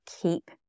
keep